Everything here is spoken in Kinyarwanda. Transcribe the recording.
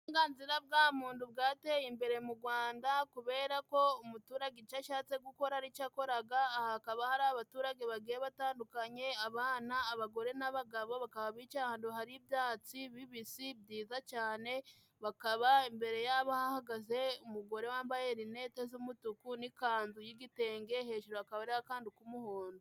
Uburenganzira bwa mundu bwateye imbere mu Gwanda kubera ko umuturage ico ashatse gukora aricyo akoraga. Aha hakaba hari abaturage bagiye batandukanye. Abana, abagore n'abagabo bakaba bicaye ahandu hari ibyatsi bibisi byiza cyane, bakaba imbere yabo hahagaze umugore wambaye rineti z'umutuku n'ikanzu y'igitenge, hejuru hakaba hariho akandu k'umuhondo.